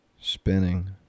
Spinning